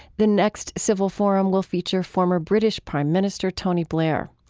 the next civil forum will feature former british prime minister tony blair.